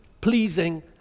pleasing